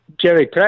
Jerry